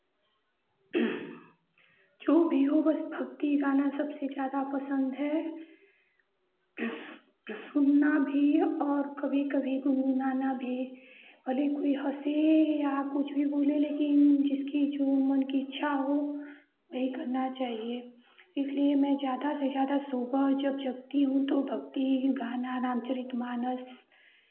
जो भी हो बस भक्ति गाना सबसे ज़्यादा पसन्द है सुनना भी और कभी कभी गुनगुनाना भी भले कोई हंसे या कुछ भी बोले लेकिन जिसकी जो मन की इच्छा हो वही करना चाहिए इसलिए मैं ज़्यादा से ज़्यादा सुबह जब जगती हूँ तो भक्ति गाना रामचरित मानस